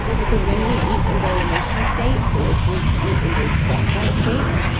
because when we eat in very emotional state. so, if we eat eat in very stressed out states,